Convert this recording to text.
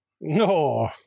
no